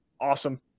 awesome